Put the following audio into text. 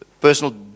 personal